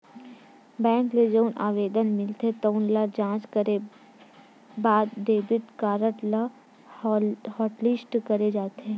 bank ल जउन आवेदन मिलथे तउन ल जॉच करे के बाद डेबिट कारड ल हॉटलिस्ट करे जाथे